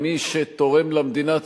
מי שתורם למדינה,